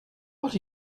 what